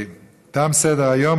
תם סדר-היום.